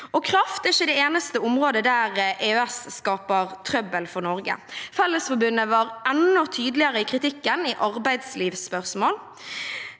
Kraft er ikke det eneste området der EØS skaper trøbbel for Norge. Fellesforbundet var enda tydeligere i kritikken i arbeidslivsspørsmål.